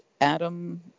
Adam